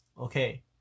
Okay